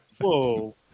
Whoa